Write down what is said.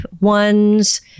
ones